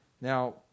Now